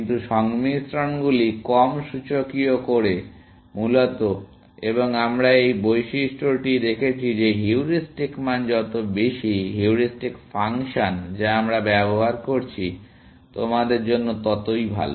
কিন্তু সংমিশ্রণগুলি কম সূচকীয় করে মূলত এবং আমরা এই বৈশিষ্ট্যটি দেখেছি যে হিউরিস্টিক মান যত বেশি হিউরিস্টিক ফাংশন যা আমরা ব্যবহার করছি তোমাদের জন্য তত ভাল